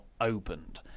opened